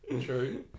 true